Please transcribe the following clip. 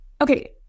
Okay